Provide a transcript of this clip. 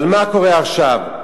אבל מה קורה עכשיו?